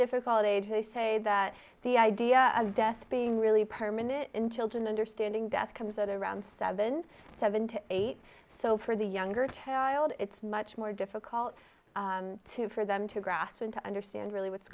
difficult age they say that the idea of death being really permanent in children understanding death comes at around seven seven to eight so for the younger child it's much more difficult to for them to grasp and to understand really what's